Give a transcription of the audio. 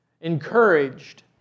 encouraged